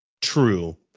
true